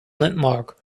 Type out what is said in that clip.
landmark